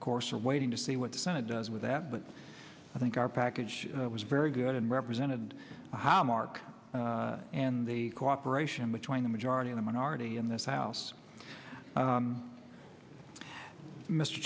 course are waiting to see what the senate does with that but i think our package was very good and represented the hallmark and the cooperation between the majority of the minority in this house